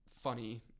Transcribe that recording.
funny